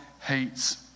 hates